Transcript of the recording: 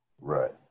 Right